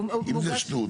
אם זה שטות,